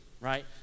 Right